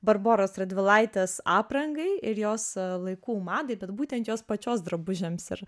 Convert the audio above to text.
barboros radvilaitės aprangai ir jos laikų madai bet būtent jos pačios drabužiams ir